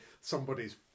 somebody's